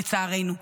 לצערנו.